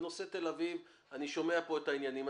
בנושא תל אביב, אני שומע פה את העניינים.